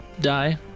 Die